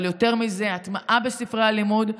אבל יותר מזה, הטמעה בספרי הלימוד.